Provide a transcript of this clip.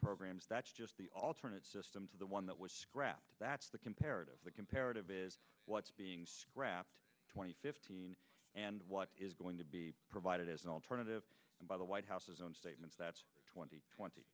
programs that's just the alternate system to the one that was scrapped that's the comparative the comparative is what's being scrapped two thousand and fifteen and what is going to be provided as an alternative by the white house's own statements that's twenty twenty